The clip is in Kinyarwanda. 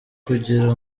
kugira